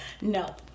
No